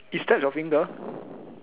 you stab your finger